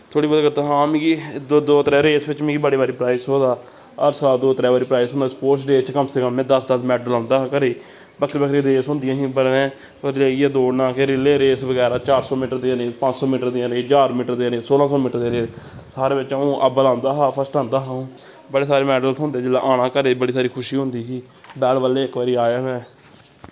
थोह्ड़ी बोह्त करदा हा हां मिगी दो दो त्रै रेस बिच्च मिगी बड़ी बारी प्राइस थ्होए दा हर साल दो त्रै बारी प्राइस थ्होंदा स्पोर्ट्स डे च कम से कम में दस दस मैडल आह्न्नदा हा घरै गी बक्खरी बक्खरी रेस होंदियां हियां पर जाइयै दौड़ना फिर रिले रेस बगैरा चार सौ मीटर दियां रेस पंज सौ मीटर दियां रेस ज्हार मीटर दियां रेस सोलां सौ मीटर दियां रेस सारे बिच्च अ'ऊं अव्वल औंदा हा फर्स्ट औंदा हा अ'ऊं बड़े सारे मैडल थ्होंदे जेल्लै औना घरै बड़ी सारी खुशी होंदी ही इक बारी आया में